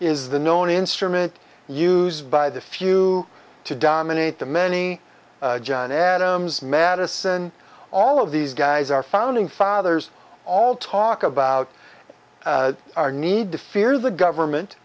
is the known instrument used by the few to dominate the many john adams madison all of these guys our founding fathers all talk about our need to fear the government